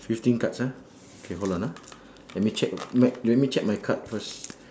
fifteen cards ah K hold on ah let me check let me check my card first